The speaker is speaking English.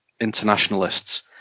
internationalists